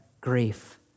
grief